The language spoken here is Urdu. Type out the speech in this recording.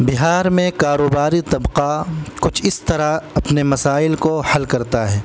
بہار میں کاروباری طبقہ کچھ اس طرح اپنے مسائل کو حل کرتا ہے